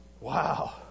Wow